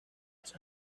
was